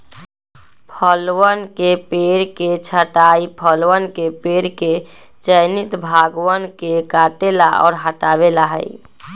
फलवन के पेड़ के छंटाई फलवन के पेड़ के चयनित भागवन के काटे ला और हटावे ला हई